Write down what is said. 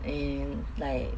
in like